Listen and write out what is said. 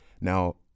now